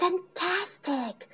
Fantastic